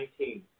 2019